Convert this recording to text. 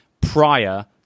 prior